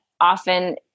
often